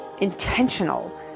intentional